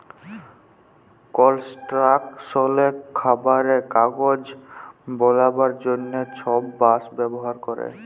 কলস্ট্রাকশলে, খাবারে, কাগজ বালাবার জ্যনহে ছব বাঁশ ব্যাভার ক্যরে